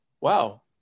wow